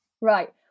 Right